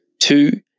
two